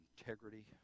integrity